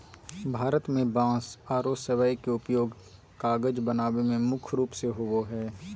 भारत में बांस आरो सबई के उपयोग कागज बनावे में मुख्य रूप से होबो हई